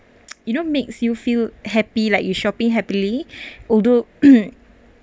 it don't makes you feel happy like you shopping happily although